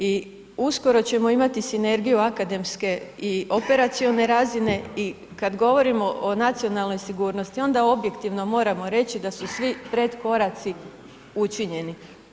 I skoro ćemo imati sinergiju akademske i operacione razine i kad govorimo o nacionalnoj sigurnosti onda objektivno moramo reći da su svi pretkoraci učinjeni.